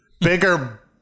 bigger